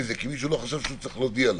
מזה כי מישהו לא חשב שהוא צריך להודיע לו.